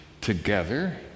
together